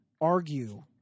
argue